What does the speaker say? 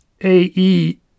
A-E